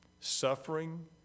Suffering